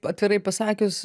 atvirai pasakius